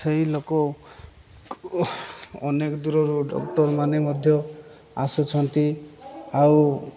ସେହି ଲୋକ ଅନେକ ଦୂରରୁ ଡକ୍ଟରମାନେ ମଧ୍ୟ ଆସୁଛନ୍ତି ଆଉ